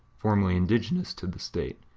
formerly indigenous to the state,